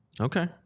Okay